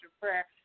Prayer